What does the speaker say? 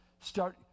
Start